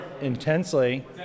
intensely